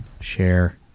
Share